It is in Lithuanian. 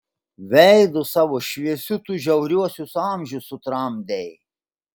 veidu savo šviesiu tu žiauriuosius amžius sutramdei